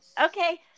okay